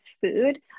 food